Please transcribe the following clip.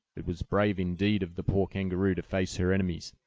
it was brave indeed of the poor kangaroo to face her enemies,